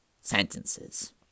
Sentences